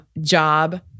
job